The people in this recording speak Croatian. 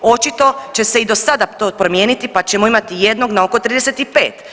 Očito će se i do sada to promijeniti, pa ćemo imati jednog na oko 35.